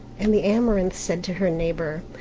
and the amaranth said to her neighbour,